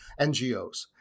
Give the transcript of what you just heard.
NGOs